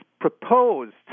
proposed